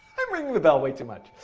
i'm ringing the bell way too much.